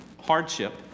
hardship